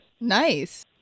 Nice